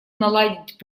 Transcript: наладить